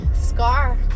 scar